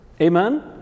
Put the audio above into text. Amen